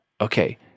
Okay